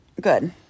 Good